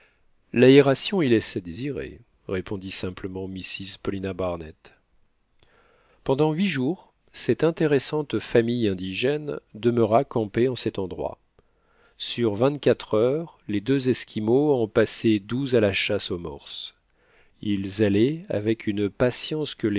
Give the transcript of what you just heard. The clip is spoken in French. l'aération y laisse à désirer répondit simplement mrs paulina barnett pendant huit jours cette intéressante famille indigène demeura campée en cet endroit sur vingt-quatre heures les deux esquimaux en passaient douze à la chasse aux morses ils allaient avec une patience